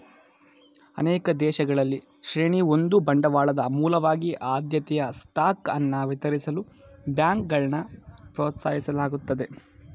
ಅನೇಕ ದೇಶಗಳಲ್ಲಿ ಶ್ರೇಣಿ ಒಂದು ಬಂಡವಾಳದ ಮೂಲವಾಗಿ ಆದ್ಯತೆಯ ಸ್ಟಾಕ್ ಅನ್ನ ವಿತರಿಸಲು ಬ್ಯಾಂಕ್ಗಳನ್ನ ಪ್ರೋತ್ಸಾಹಿಸಲಾಗುತ್ತದೆ